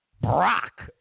Brock